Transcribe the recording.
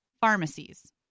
pharmacies